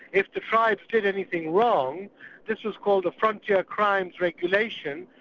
if the tribes did anything wrong this was called a frontier crimes regulation,